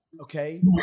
okay